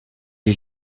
est